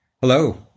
Hello